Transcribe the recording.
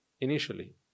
initially